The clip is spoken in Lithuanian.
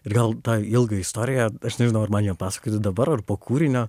ir gal tai ilgą istoriją aš nežinau ar man ją pasakoti dabar ar po kūrinio